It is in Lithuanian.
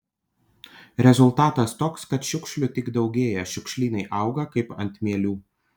rezultatas toks kad šiukšlių tik daugėja šiukšlynai auga kaip ant mielių